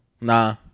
Nah